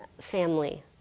family